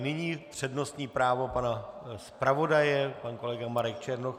Nyní přednostní právo pana zpravodaje pan kolega Marek Černoch.